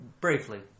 Briefly